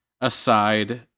aside